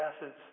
acids